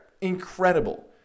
incredible